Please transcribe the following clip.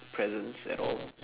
presents at all